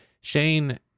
Shane